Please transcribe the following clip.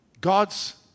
God's